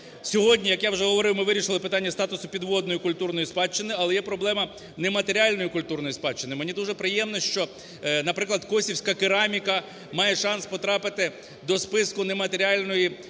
Сьогодні, як я вже говорив, ми вирішили питання статусу підводної культурної спадщини. Але є проблема нематеріальної культурної спадщини, мені дуже приємно, що, наприклад, косівська кераміка має шанс потрапити до списку нематеріальної культурної